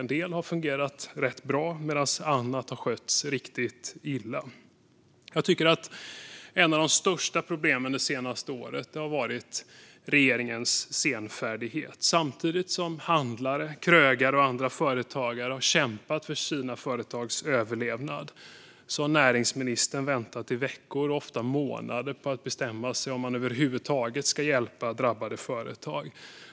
En del har fungerat rätt bra medan annat har skötts riktigt illa. Ett av de största problemen det senaste året har varit regeringens senfärdighet. Samtidigt som handlare, krögare och andra företagare har kämpat för sina företags överlevnad har näringsministern väntat i veckor och ofta månader på att bestämma sig för om han över huvud taget ska hjälpa drabbade företag.